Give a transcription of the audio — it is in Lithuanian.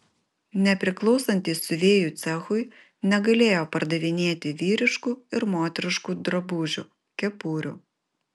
nepriklausantys siuvėjų cechui negalėjo pardavinėti vyriškų ir moteriškų drabužių kepurių